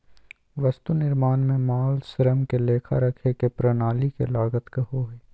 वस्तु निर्माण में माल, श्रम के लेखा रखे के प्रणाली के लागत कहो हइ